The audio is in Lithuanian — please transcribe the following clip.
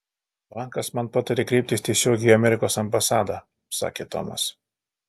bankas man patarė kreiptis tiesiogiai į amerikos ambasadą sakė tomas